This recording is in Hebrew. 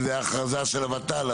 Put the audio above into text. אם זה היה הכרזה של הות"ל,